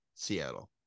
Seattle